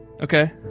Okay